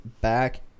back